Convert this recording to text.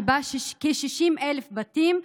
שבה כ-60,000 בתים,